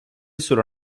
sulla